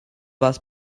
was